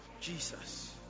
Jesus